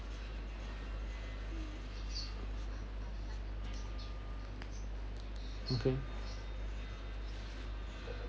okay